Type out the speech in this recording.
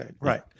right